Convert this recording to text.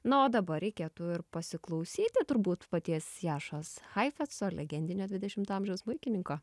na o dabar reikėtų ir pasiklausyti turbūt paties jašos haifetco legendinio dvidešimto amžiaus smuikininko